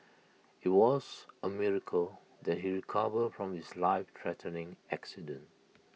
IT was A miracle that he recovered from his lifethreatening accident